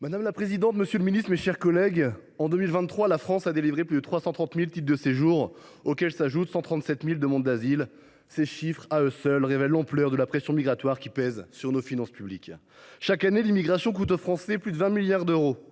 Madame la présidente, monsieur le ministre, mes chers collègues, en 2023, la France a délivré plus de 330 000 titres de séjour et enregistré 137 000 demandes d’asile. Ces chiffres révèlent à eux seuls l’ampleur de la pression migratoire qui pèse sur nos finances publiques. Chaque année, l’immigration coûte aux Français plus de 20 milliards d’euros,